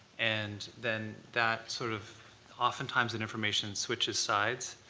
and then that sort of oftentimes the information switches sides,